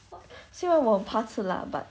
虽然我很怕吃辣 but